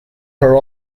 her